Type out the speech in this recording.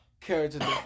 character